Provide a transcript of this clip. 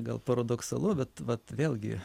gal paradoksalu bet vat vėlgi